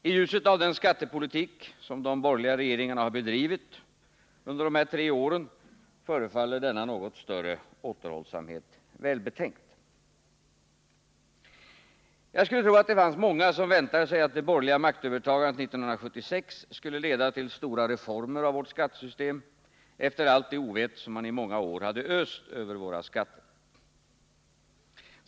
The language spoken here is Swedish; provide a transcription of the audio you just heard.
I ljuset av den skattepolitik som de borgerliga regeringarna har bedrivit under de här tre åren förefaller denna något större återhållsamhet välbetänkt. Jag skulle tro att det fanns många som väntade sig att det borgerliga maktövertagandet 1976 skulle leda till stora reformer av vårt skattesystem, efter allt det ovett som man i många år hade öst över våra skatter.